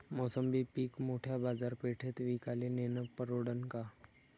मोसंबी पीक मोठ्या बाजारपेठेत विकाले नेनं परवडन का?